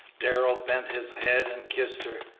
darrell bent his head and kissed her.